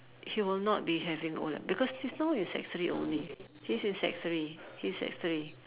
he will not be having O-level because he's now in sec three only he's in sec three he's sec three